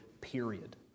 Period